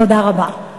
תודה רבה.